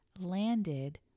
landed